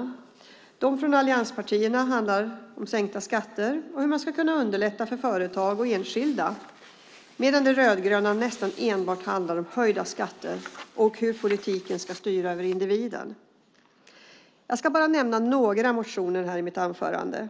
Motionerna från allianspartierna handlar om sänkta skatter och om hur man kan underlätta för företag och enskilda, medan de rödgrönas motioner däremot handlar nästan enbart om höjda skatter och om hur politiken ska styra över individen. I mitt anförande ska jag bara beröra några motioner.